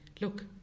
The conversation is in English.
look